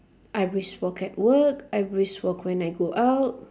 I brisk walk at work I brisk walk when I go out